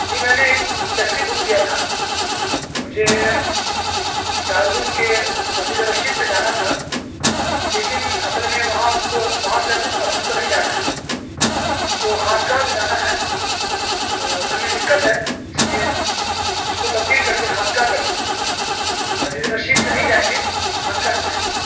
جی میں نے ایک ٹیکسی بک کیا تھا مجھے دارالعلوم کے مسجد رشید سے جانا تھا لیکن اصل میں وہاں ہم کو وہاں سے اب اب ہم کو نہیں جانا ہے ہم کو خانقاہ سے جانا ہے تو اصل میں دقت ہے اس لیے اس کو تبدیل کر کے خانقاہ کر دیجیے مسجد رشید سے نہیں جائیں گے خانقاہ سے جائیں گے